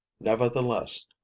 nevertheless